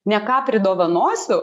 ne ką pridovanosiu